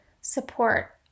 support